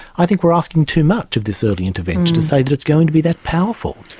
i think we're asking too much of this early intervention to say that it's going to be that powerful.